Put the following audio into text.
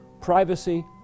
privacy